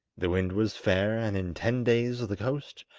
the wind was fair, and in ten days the coast,